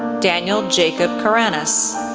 daniel jacob charanis,